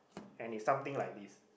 and it's something like this